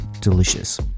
delicious